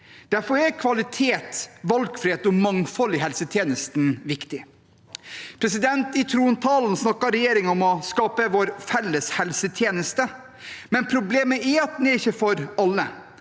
Derfor er kvalitet, valgfrihet og mangfold i helsetjenesten viktig. I trontalen snakket regjeringen om å skape vår felles helsetjeneste. Problemet er at den ikke er for alle,